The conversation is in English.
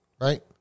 right